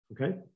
Okay